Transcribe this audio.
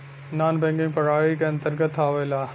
नानॅ banking प्रणाली के अंतर्गत आवेला